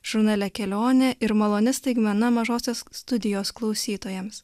žurnale kelionė ir maloni staigmena mažosios studijos klausytojams